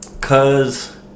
Cause